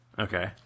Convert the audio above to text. Okay